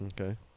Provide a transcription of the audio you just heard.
Okay